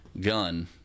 gun